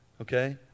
okay